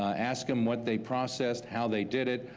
ah ask them what they processed, how they did it,